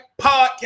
podcast